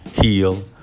heal